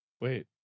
wait